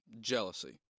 Jealousy